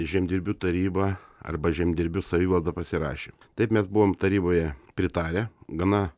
žemdirbių taryba arba žemdirbių savivalda pasirašė taip mes buvom taryboje pritarę gana